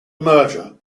merger